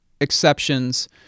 exceptions